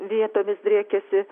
vietomis driekiasi